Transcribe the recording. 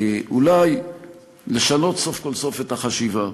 אולי לשנות סוף-כל-סוף את החשיבה